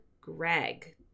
greg